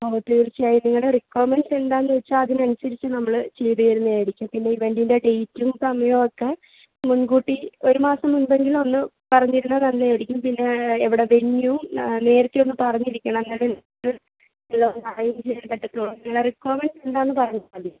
ഓ തീർച്ചയായും നിങ്ങളുടെ റിക്വയർമെൻറ്സ് എന്താണെന്ന് വെച്ചാൽ അതിനനുസരിച്ച് നമ്മൾ ചെയ്ത് തരുന്നതായിരിക്കും പിന്നെ ഇവൻ്റിൻ്റെ ഡേറ്റും സമയം ഒക്കെ മുൻകൂട്ടി ഒരു മാസം മുമ്പെങ്കിലും ഒന്ന് പറഞ്ഞിരുന്നാൽ നല്ലതായിരിക്കും പിന്നെ ഇവിടെ വെന്യൂ നേരത്തെ ഒന്ന് പറഞ്ഞിരിക്കണം എന്നാലേ ഇത് എല്ലാം ഒന്ന് അറേഞ്ച് ചെയ്യാൻ പറ്റുള്ളൂ നിങ്ങളുടെ റിക്വയർമെൻറ്സ് എന്താണെന്ന് പറഞ്ഞാൽ മതി